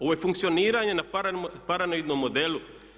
Ovo je funkcioniranje na paranoidnom modelu.